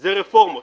אלה רפורמות.